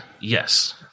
yes